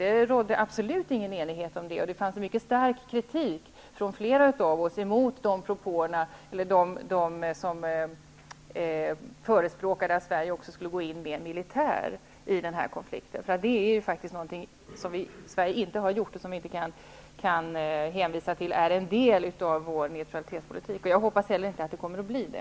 Det rådde absolut ingen enighet i den frågan, och de riktades en mycket skarp kritik från många av oss mot dem som förespråkade att Sverige också skulle gå in militärt i denna konflikt. Sådana insatser har Sverige aldrig gjort, och vi kan därför inte hänvisa till att det är en del av vår neutralitetspolitik. Jag hoppas att det inte heller kommer att bli det.